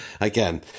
again